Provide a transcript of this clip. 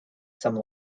some